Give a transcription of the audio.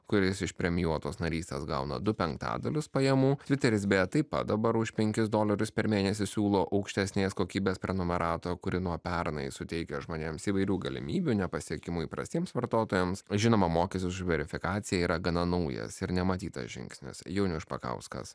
kuris iš premijuotos narystės gauna du penktadalius pajamų tviteris beje taip pat dabar už penkis dolerius per mėnesį siūlo aukštesnės kokybės prenumeratą kuri nuo pernai suteikia žmonėms įvairių galimybių nepasiekimui įprastiems vartotojams žinoma mokės už verifikacija yra gana naujas ir nematytas žingsnis jaunius špakauskas